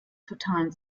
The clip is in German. totalen